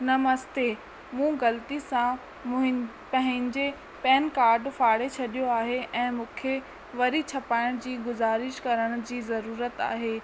नमस्ते मूं ग़लती सां मुंहिं पंहिंजे पैन कार्ड फाड़े छॾियो आहे ऐं मूंखे वरी छपाइण जी गुज़ारिश करण जी ज़रूरत आहे